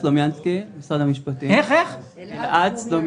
דבר